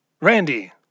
Randy